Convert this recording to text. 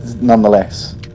nonetheless